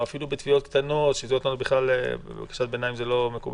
אני לא יודע